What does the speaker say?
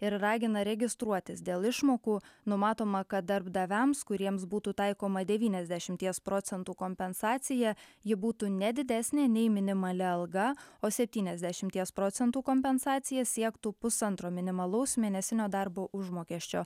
ir ragina registruotis dėl išmokų numatoma kad darbdaviams kuriems būtų taikoma devyniasdešimties procentų kompensacija ji būtų ne didesnė nei minimali alga o septyniasdešimties procentų kompensacija siektų pusantro minimalaus mėnesinio darbo užmokesčio